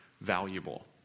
valuable